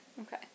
Okay